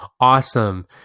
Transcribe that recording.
awesome